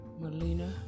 Melina